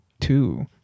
two